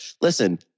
Listen